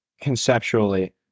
conceptually